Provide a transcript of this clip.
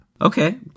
Okay